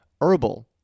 herbal